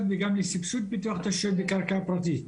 וגם לסבסוד פיתוח תשתיות בקרקע פרטית.